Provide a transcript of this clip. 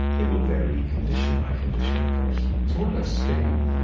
it will vary condition by condition of course. so what about spain?